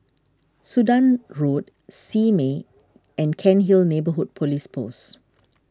Sudan Road Simei and Cairnhill Neighbourhood Police Post